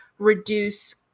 reduce